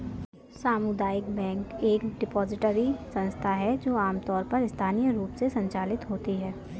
सामुदायिक बैंक एक डिपॉजिटरी संस्था है जो आमतौर पर स्थानीय रूप से संचालित होती है